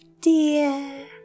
dear